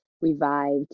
revived